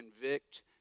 Convict